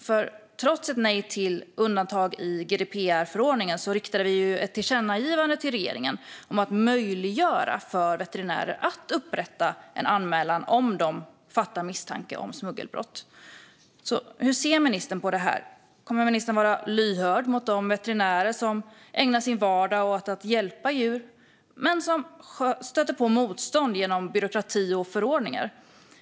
För trots ett nej till undantag i GDPR-förordningen riktade vi ett tillkännagivande till regeringen om att möjliggöra för veterinärer att upprätta en anmälan om de fattar misstanke om smuggelbrott. Hur ser ministern på detta? Kommer ministern att vara lyhörd för dessa veterinärer som ägnar sin vardag åt att hjälpa djur men som stöter på motstånd genom byråkrati och förordningar?